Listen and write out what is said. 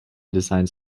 designed